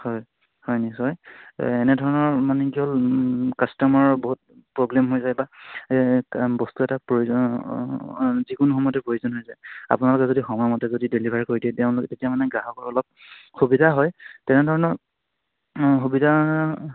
হয় হয় নিশ্চয় এনেধৰণৰ মানে কি হ'ল কাষ্টমাৰৰ বহুত প্ৰ'ব্লেম হৈ যায় বা বস্তু এটা প্ৰয়োজন যিকোনো সময়তে প্ৰয়োজন হৈ যায় আপোনালোকে যদি সময়মতে যদি ডেলিভাৰ কৰি দিয়ে তেওঁলোকে তেতিয়া মানে গ্ৰাহকৰ অলপ সুবিধা হয় তেনেধৰণৰ সুবিধা